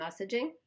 messaging